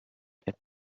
and